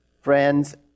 friends